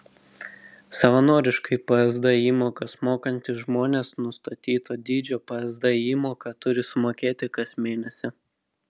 savarankiškai psd įmokas mokantys žmonės nustatyto dydžio psd įmoką turi sumokėti kas mėnesį